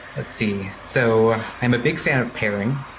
let's see. so i'm a big fan of pairing,